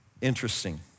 Interesting